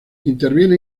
interviene